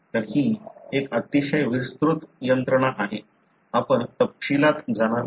तर ही एक अतिशय विस्तृत यंत्रणा आहे आपण तपशीलात जाणार नाही